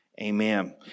amen